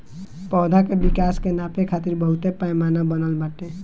पौधा के विकास के नापे खातिर बहुते पैमाना बनल बाटे